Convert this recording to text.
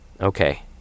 Okay